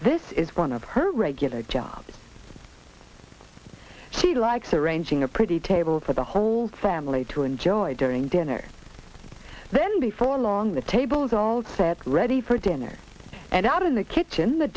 this is one of her regular jobs she likes arranging a pretty table for the whole family to enjoy during dinner then before long the tables old set ready for dinner and out of the kitchen the